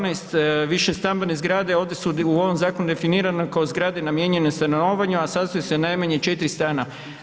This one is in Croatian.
12. višestambene zgrade ovdje su u ovom zakonu definirane kao zgrade namijenjene stanovanju, a sastoje se od najmanje 4 stana.